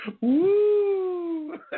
Woo